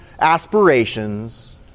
aspirations